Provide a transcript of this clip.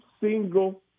single